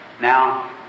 Now